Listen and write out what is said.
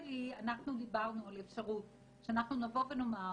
דיברנו על אפשרות שנבוא ונאמר